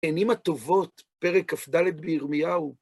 .. הטובות, פרק כד' בירמיהו